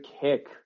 kick